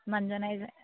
মানুহজন আহিছে